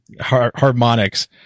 harmonics